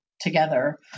together